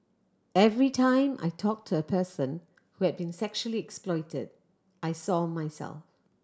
every time I talked to a person who had been sexually exploited I saw myself